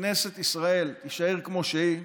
מכנסת ישראל תישאר כמו שהיא,